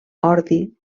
ordi